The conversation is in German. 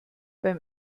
beim